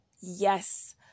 Yes